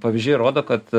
pavyzdžiai rodo kad